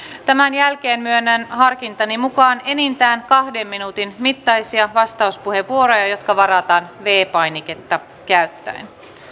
tämän jälkeen myönnän harkintani mukaan enintään kahden minuutin mittaisia vastauspuheenvuoroja jotka varataan viides painiketta käyttäen